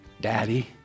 Daddy